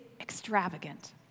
extravagant